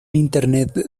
internet